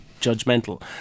judgmental